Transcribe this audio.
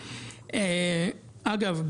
אגב,